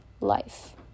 life